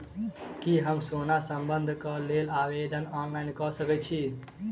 की हम सोना बंधन कऽ लेल आवेदन ऑनलाइन कऽ सकै छी?